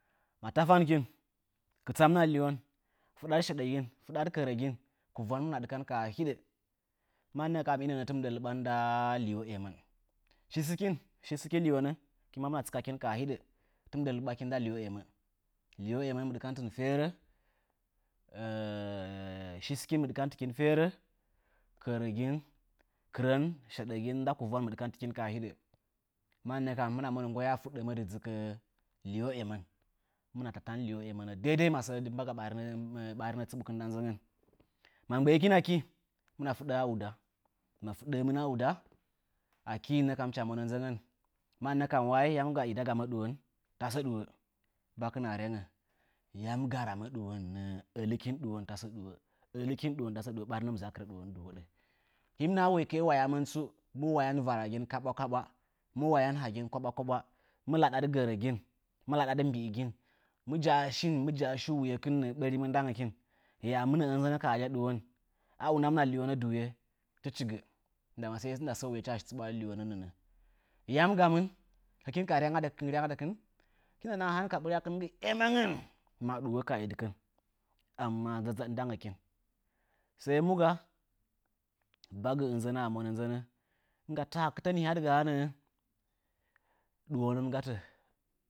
Ma tafankin kɨtsa mɨna liwon, fɨɗa dɨ sheɗəgin, fɨɗadɨ kərəgin kivwom hɨmɨna ɗikan ka ha hiɗə. Ma nəə tɨmɨn lɨban nda liwo enən. Sɨsɨkin, sɨsɨkin liwonə tɨmɨn lɨɓakin nda liwo eməni. Liwo emən mɨ ɗɨkantɨkin ferə, sɨsɨkin mɨ ɗɨkantɨkin ferə, kərəgin, kɨrən nda sheɗəgin, nda kɨvwan mɨ ɗikantɨkin ka ha hiɗə. Mannə kam hɨkina monə nggwaya fuɗɗəmə dɨ dzɨkə liwo emənə. Hɨmɨn tatan liwo emənə daidai nda masəəa mbanga ɓarinə, mɨndənə nda nzəngən tsɨɓkɨn. Hɨmɨna fɨɗə'ə a uda. Ma fɨɗəəmɨn a uda hɨncha mwana nzəngən yaminnə ja wayi yam ga idagamə ɗuwon tasə duwo? Bakɨna rengə, yam gamə ramə ɗuwannə? Əlikin ɗwuon tasə ɗuwo əlikin ɗuwon tase ɗuwo. Ɓarinə mɨ zakɨrə ɗuwon dɨwoɗə. Hii mɨ naha varagiye wayamɨn tsu, mɨ wayan varagin kaɓwakaɓwa mɨ wayan hagin, mɨ laɗadɨ gərəgin. Mɨ laɗadi mbiigin, mɨ ja'a shin, mɨ ja'a shi wuyekɨn nəə ɓarimɨn ndakin. A mɨnəmɨn ka alya ɗuwon, a unamɨna liwonə duye, tichi gə ndama i ndɨɗa shi wuyecha shi tsɨɓwadɨ liwonə nə'ə. Yam gamɨn, hɨkin ka ryangadɨkɨn nyanga dɨkɨn ma jikɨn ka nəhəkɨn sən ka ɓɨryakɨn nggɨ eməngən ma ɗuwo ka iddɨkɨn. Amma dzazzaɗ ndangəkin. Sai mu ga? Bagɨ ɨnzəna mwana ɨnzaŋn, nɨnggatə hakɨtə nihyan gaa, ɗuwo nɨtɨn gatə.